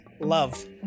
love